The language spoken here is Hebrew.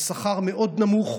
בשכר מאוד נמוך,